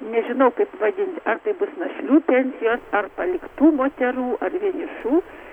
nežinau kaip vadint ar tai bus našlių pensijos ar paliktų moterų ar vienišų